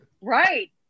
Right